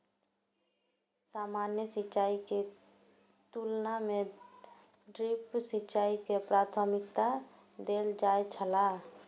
सामान्य सिंचाई के तुलना में ड्रिप सिंचाई के प्राथमिकता देल जाय छला